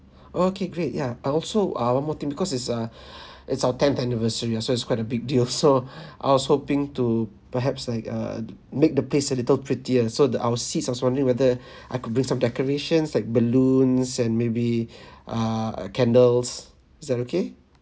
okay great ya uh also uh one more thing because it's uh it's our tenth anniversary ah so it's quite a big deal so I was hoping to perhaps like err make the place a little prettier so the our seats I was wondering whether I could bring some decorations like balloons and maybe ah a candles is that okay